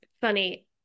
funny